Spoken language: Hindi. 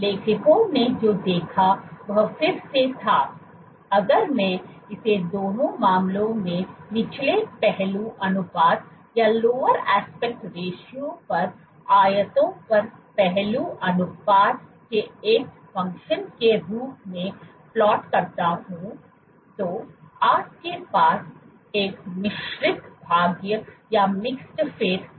लेखकों ने जो देखा वह फिर से था अगर मैं इसे दोनों मामलों में निचले पहलू अनुपात पर आयतों पर पहलू अनुपात के एक फ़ंक्शन के रूप में प्लॉट करता हूं तो आपके पास एक मिश्रित भाग्य था